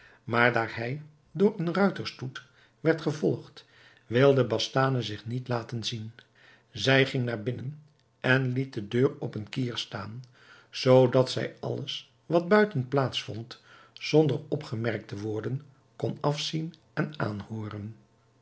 maar daar hij door een ruiterstoet werd gevolgd wilde bastane zich niet laten zien zij ging naar binnen en liet de deur op een kier staan zoodat zij alles wat buiten plaats vond zonder opgemerkt te worden kon afzien en aanhooren